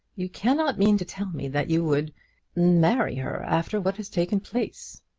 you cannot mean to tell me that you would marry her after what has taken place?